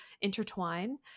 intertwine